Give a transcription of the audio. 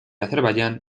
azerbaiyán